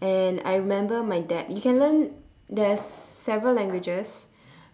and I remember my dad you can learn there's several languages